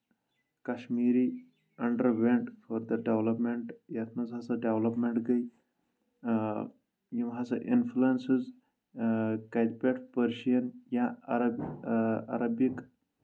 Kashmiri underwent further development یتھ منٛز ہسا ڈیولپمینٹ گٔے یِم ہسا اِنفلسز کَتہِ پؠٹھ پٔرشین یا عرب یا عَرَبِک